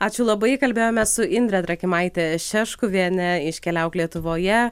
ačiū labai kalbėjome su indre trakimaite šeškuviene iš keliauk lietuvoje